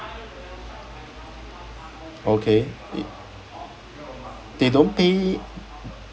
okay i~ they don't pay